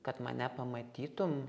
kad mane pamatytum